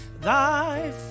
thy